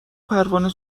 پروانه